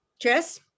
Jess